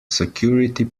security